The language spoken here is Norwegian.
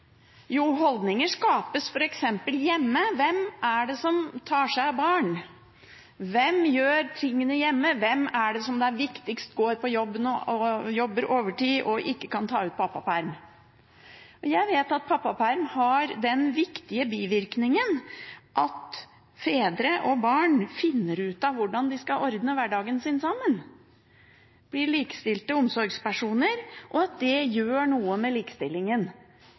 Jo, holdninger skapes f.eks. hjemme. Hvem er det som tar seg av barn? Hvem gjør tingene hjemme? Hvem er det viktigst at går på jobben og jobber overtid og ikke kan ta ut pappaperm? Jeg vet at pappaperm har den viktige bivirkningen at fedre og barn finner ut av hvordan de skal ordne hverdagen sin sammen. Fedre blir likestilte omsorgspersoner, og det gjør noe med likestillingen